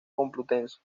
complutense